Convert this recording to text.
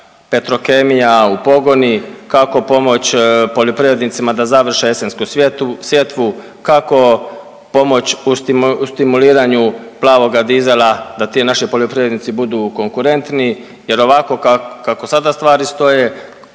Petrokemija upogoni, kako pomoć poljoprivrednicima da završe jesensku sjetvu, kako pomoć u stimuliranju plavoga dizela da ti naši poljoprivrednici budu konkurentni jer ovako kako sada stvari stoje